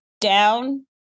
down